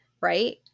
right